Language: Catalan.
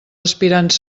aspirants